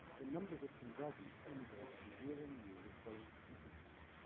the numbers of punjabis emigrating year on year was growing significantly.